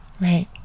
Right